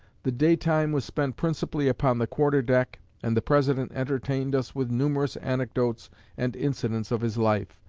the day-time was spent principally upon the quarter-deck, and the president entertained us with numerous anecdotes and incidents of his life,